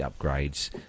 upgrades